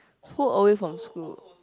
too away from school